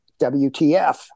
WTF